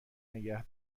نگه